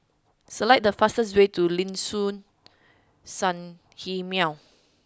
select the fastest way to Liuxun Sanhemiao